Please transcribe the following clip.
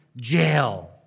jail